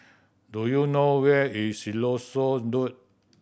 do you know where is Siloso Road